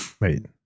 Wait